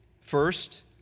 First